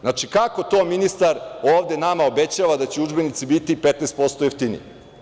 Znači, kako to ministar ovde nama obećava da će udžbenici biti 15% jeftiniji?